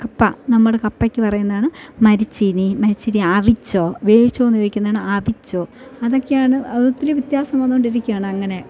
കപ്പ നമ്മുടെ കപ്പയ്ക്ക് പറയുന്നാണ് മരിച്ചീനി മരിച്ചിനി അവിച്ചോ വേവിച്ചോന്ന് ചോദിക്കുന്നതാണ് അവിച്ചോ അതൊക്കെയാണ് അതൊത്തിരി വ്യത്യാസം വന്നുകൊണ്ടിരിക്കുകയാണ് അങ്ങനെ